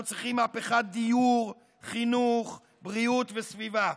אנחנו צריכים מהפכת דיור, חינוך, בריאות וסביבה.